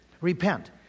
Repent